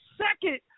second